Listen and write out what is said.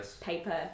paper